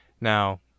Now